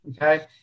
okay